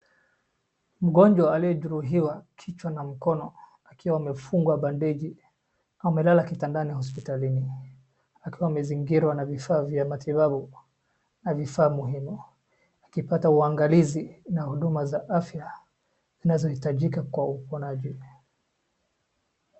Mgonjwa aliyejeruhiwa kichwa na mkono, akiwa amefungwa bandeji, amelala kitandani ya hospitalini akiwa amezingirwa na vifaa vya matibabu na vifaa muhimu akipata uangalizi na huduma za afya zinazohitajika kwa uponaji.